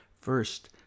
First